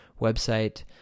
website